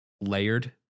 layered